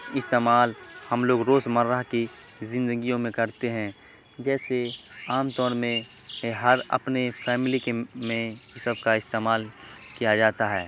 استعمال ہم لوگ روز مرہ کی زندگیوں میں کرتے ہیں جیسے عام طور میں ہر اپنے فیملی کے میں سب کا استعمال کیا جاتا ہے